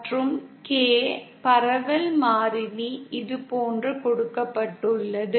மற்றும் K பரவல் மாறிலி இதுபோன்று கொடுக்கப்பட்டுள்ளது